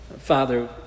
Father